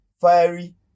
fiery